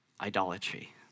idolatry